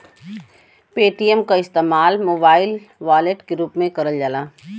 Paytm क इस्तेमाल mobile wallet के रूप में करल जाला